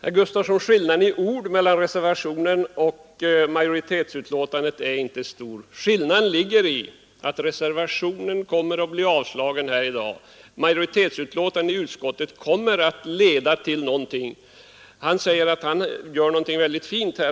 Fru talman! Skillnaden i ord mellan reservationen och majoritetens hemställan är inte stor. Skillnaden ligger däri att reservationen kommer att avslås här i dag. Utskottsmajoritetens hemställan kommer att leda till någonting. Herr Gustafsson säger att han gör något mycket fint.